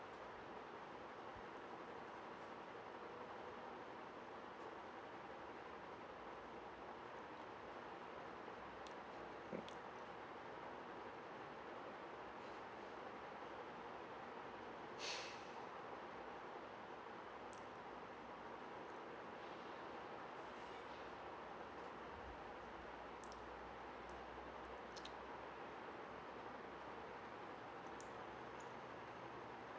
mm mm